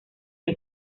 que